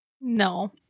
no